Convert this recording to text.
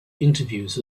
interviews